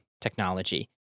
technology